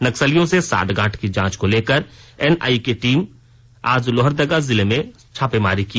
नक्सलियों से सांठगांठ की जांच को लेकर एनआईए की टीम ने आज लोहरदगा जिले में छापेमारी की